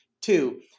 Two